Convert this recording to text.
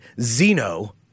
Zeno